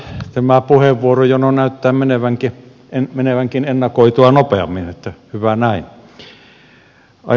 tämä puheenvuorojono näyttääkin menevän ennakoitua nopeammin hyvä näin